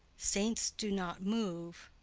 saints do not move,